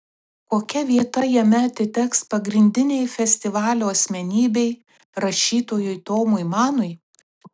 kokia vieta jame atiteks pagrindinei festivalio asmenybei rašytojui tomui manui